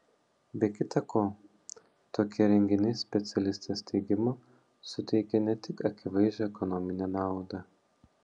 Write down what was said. be kita ko tokie renginiai specialistės teigimu suteikia ne tik akivaizdžią ekonominę naudą